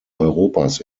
europas